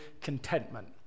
contentment